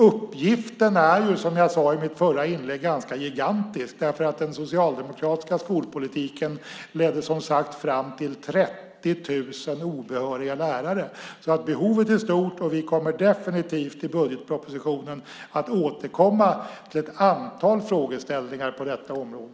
Uppgiften är som jag sade i mitt förra inlägg ganska gigantisk. Den socialdemokratiska skolpolitiken ledde fram till 30 000 obehöriga lärare. Behovet är stort. Vi kommer definitivt i budgetpropositionen att återkomma till ett antal frågeställningar på detta område.